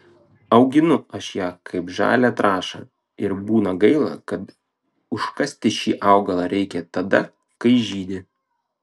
auginu aš ją kaip žalią trąšą ir būna gaila kad užkasti šį augalą reikia tada kai žydi